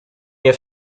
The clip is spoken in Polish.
nie